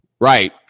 Right